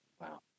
Wow